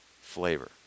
flavor